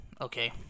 Okay